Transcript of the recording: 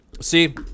see